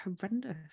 horrendous